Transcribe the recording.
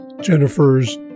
Jennifer's